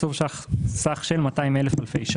תקצוב סך של 200,000 אלפי ₪.